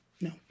No